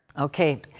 Okay